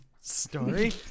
story